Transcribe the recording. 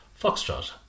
Foxtrot